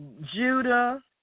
Judah